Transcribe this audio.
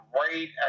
right